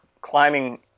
climbing